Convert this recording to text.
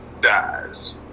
dies